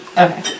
Okay